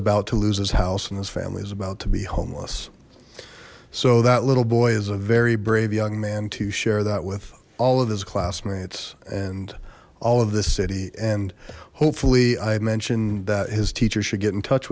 about to lose his house and his family is about to be homeless so that little boy is a very brave young man to share that with all of his classmates and all of this city and hopefully i mentioned that his teacher should get in touch